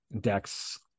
Dex